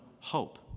hope